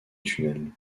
tunnels